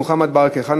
מוחמד ברכה,